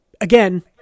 Again